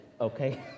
Okay